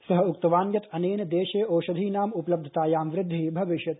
सःउक्तवान्यत्अनेनदेशेओषधीनाम्उपलब्धतायांवृद्धिःभवि ष्यति